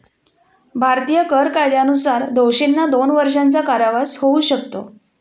भारतीय कर कायद्यानुसार दोषींना दोन वर्षांचा कारावास होऊ शकतो